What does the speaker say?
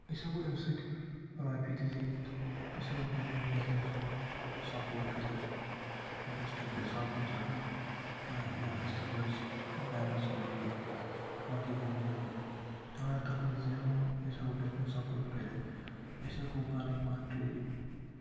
أسۍ ہٮ۪کِو امہِ سۭتۍ رۄپیہِ تہِ زیٖنتھ أسۍ ہٮ۪کو پَننہِ گرِکٮ۪ن سَپورٹ کٔرِتھ اگر أسۍ کُنہِ تہِ سپورٹٕسس منٛز کانٛہہ یا أسۍ دَپو یُس بیٹس گِندُن ہاکی گِندُن اگر أسۍ تتھ منٛز زینو أسۍ ہٮ۪کو گرِکٮ۪ن سپورٹ کٔرِتھ أسۍ ہٮ۪کو پنٕنۍ کنٹری